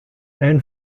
and